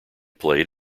played